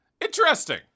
Interesting